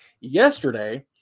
yesterday